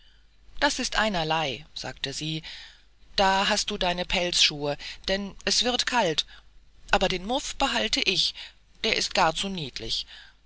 das ist einerlei sagte sie da hast du deine pelzschuhe denn es wird kalt aber den muff behalte ich der ist gar zu niedlich